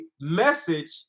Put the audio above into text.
message